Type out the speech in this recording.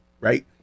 right